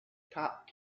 top